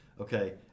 okay